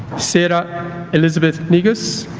sarah elizabeth negus